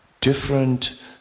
different